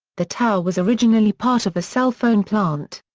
the tower was originally part of a cell phone plant.